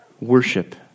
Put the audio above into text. worship